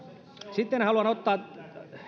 sitten haluan ottaa